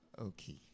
okay